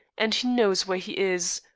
and he knows where he is.